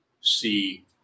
see